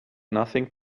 nothing